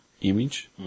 image